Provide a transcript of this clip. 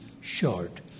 short